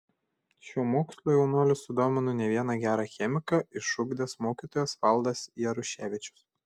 šiuo mokslu jaunuolį sudomino ne vieną gerą chemiką išugdęs mokytojas valdas jaruševičius